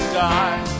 die